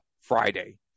Friday